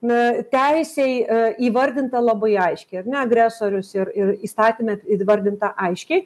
na teisei a įvardinta labai aiškiai ar ne agresorius ir ir įstatyme įvardinta aiškiai